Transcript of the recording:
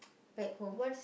back home